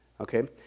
Okay